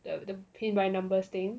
the the paint by numbers thing